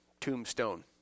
tombstone